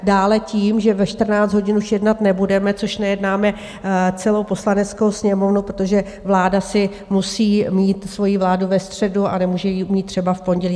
Dále tím, že ve 14 hodin už jednat nebudeme, což nejednáme celou Poslaneckou sněmovnu, protože vláda si musí mít svoji vládu ve středu a nemůže ji mít třeba v pondělí.